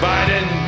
Biden